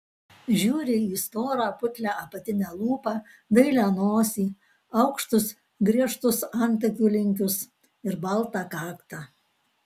žiūri į storą putlią apatinę lūpą dailią nosį aukštus griežtus antakių linkius ir baltą kaktą